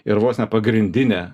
ir vos ne pagrindinė